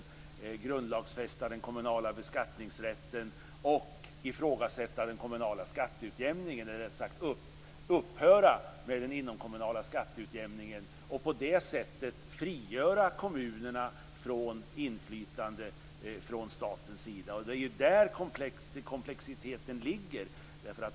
Det handlar om att grundlagsfästa den kommunala beskattningsrätten och ifrågasätta den kommunala skatteutjämningen, eller rättare sagt upphöra med den inomkommunala skatteutjämningen, och på det sättet frigöra kommunerna från inflytande från statens sida. Det är där komplexiteten ligger.